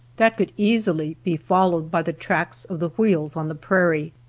that could easily be followed by the tracks of the wheels on the prairie.